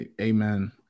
amen